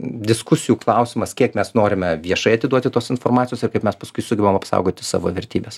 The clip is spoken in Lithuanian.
diskusijų klausimas kiek mes norime viešai atiduoti tos informacijos ir kaip mes paskui sugebam apsaugoti savo vertybes